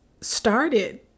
started